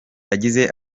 yagize